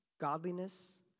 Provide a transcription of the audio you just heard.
Godliness